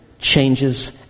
changes